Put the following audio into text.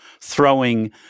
throwing